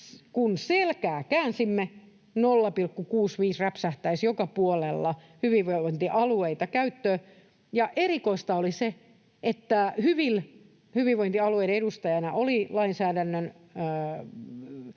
kun selkää käänsimme, 0,65 räpsähtäisi joka puolella hyvinvointialueilla käyttöön. Ja erikoista oli se, että Hyvil hyvinvointialueiden edustajana oli lainsäädännön